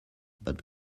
but